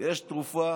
יש תרופה